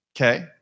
okay